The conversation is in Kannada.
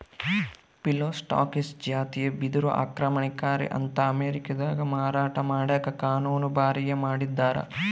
ಫಿಲೋಸ್ಟಾಕಿಸ್ ಜಾತಿಯ ಬಿದಿರು ಆಕ್ರಮಣಕಾರಿ ಅಂತ ಅಮೇರಿಕಾದಾಗ ಮಾರಾಟ ಮಾಡಕ ಕಾನೂನುಬಾಹಿರ ಮಾಡಿದ್ದಾರ